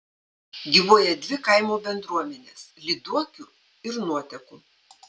gyvuoja dvi kaimo bendruomenės lyduokių ir nuotekų